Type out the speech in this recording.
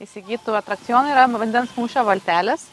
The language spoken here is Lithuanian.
įsigytų atrakcionų yra vandens mūšio valtelės